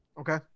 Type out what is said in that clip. Okay